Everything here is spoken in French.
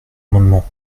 amendement